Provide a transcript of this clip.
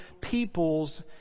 people's